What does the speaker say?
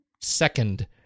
second